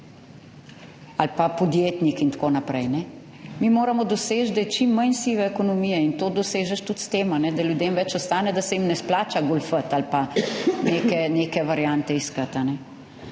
ali pa podjetnik in tako naprej. Mi moramo doseči, da je čim manj sive ekonomije in to dosežeš tudi s tem, da ljudem več ostane, da se jim ne splača goljufati ali pa neke variante iskati.